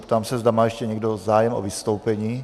Ptám se, zda má ještě někdo zájem o vystoupení.